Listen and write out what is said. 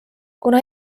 kuna